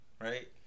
right